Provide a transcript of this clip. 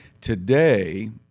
today